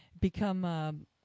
become